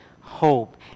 hope